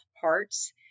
parts